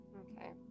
Okay